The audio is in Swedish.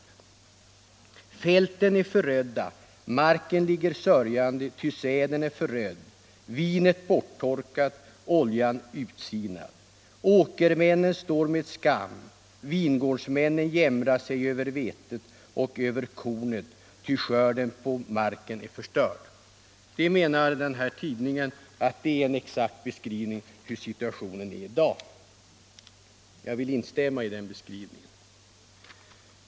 Fälten äro förödda, marken ligger sörjande, ty säden är förödd, vinet borttorkat, oljan utsinad. Åkermännen stå med skam, vingårdsmännen jämra sig, över vetet och över kornet; ty skörden på marken är förstörd.” Tidningen Budbäraren menar att profeten Joels beskrivning stämmer väl med dagens situation i vissa u-länder.